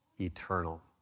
eternal